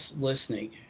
listening